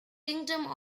kingdom